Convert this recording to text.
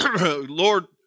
Lord